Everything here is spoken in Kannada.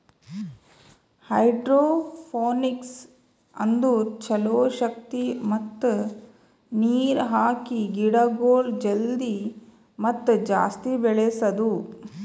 ಹೈಡ್ರೋಪೋನಿಕ್ಸ್ ಅಂದುರ್ ಛಲೋ ಶಕ್ತಿ ಮತ್ತ ನೀರ್ ಹಾಕಿ ಗಿಡಗೊಳ್ ಜಲ್ದಿ ಮತ್ತ ಜಾಸ್ತಿ ಬೆಳೆಸದು